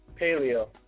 Paleo